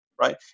right